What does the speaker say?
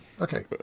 Okay